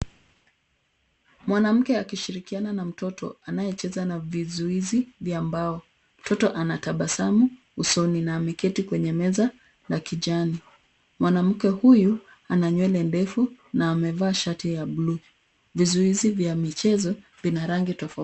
Mwanamke akishirikiana na mtoto anayecheza na vizuizi vya mbao. Mtoto anatabasamu usoni na ameketi kwenye meza la kijani. Mwanamke huyu ana nywele ndefu na amevaa shati ya buluu. Vizuizi vya michezo vina rangi tofauti.